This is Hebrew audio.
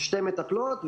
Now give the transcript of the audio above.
שתי מטפלות,